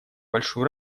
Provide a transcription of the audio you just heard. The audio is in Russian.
большую